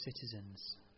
citizens